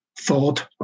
thought